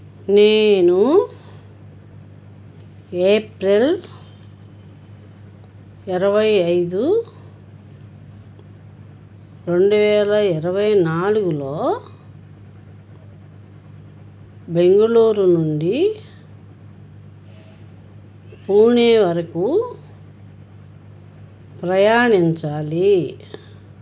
నేను ఏప్రెల్ ఇరవై ఐదు రెండు వేల ఇరవై నాలుగులో బెంగుళూరు నుండి పూణే వరకు ప్రయాణించాలి